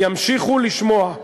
ימשיכו לשמוע,